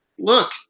Look